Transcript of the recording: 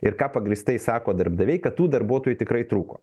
ir ką pagrįstai sako darbdaviai kad tų darbuotojų tikrai trūko